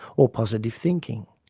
or positive thinking.